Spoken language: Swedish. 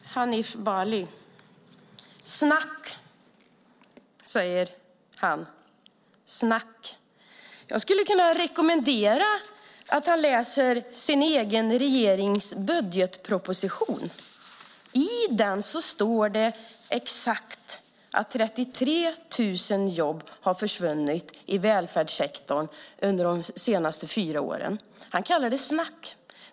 Herr talman! Först till Hanif Bali: "Snack" säger han. "Snack". Jag skulle kunna rekommendera att han läser sin egen regerings budgetproposition. I den står det exakt att 33 000 jobb har försvunnit i välfärdssektorn under de senaste fyra åren. Han kallar det snack.